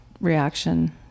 reaction